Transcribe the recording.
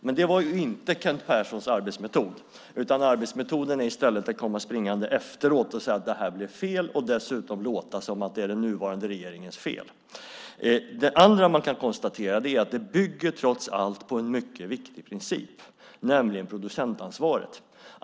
Men det var inte Kent Perssons arbetsmetod. Arbetsmetoden är i stället att komma springande efteråt och säga att det här blev fel och dessutom låta som att det är den nuvarande regeringens fel. För det andra kan man konstatera att det trots allt bygger på en mycket viktig princip, nämligen producentansvaret.